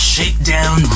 Shakedown